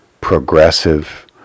progressive